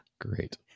Great